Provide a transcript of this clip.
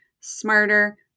smarter